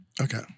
Okay